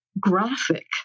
graphic